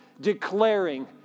declaring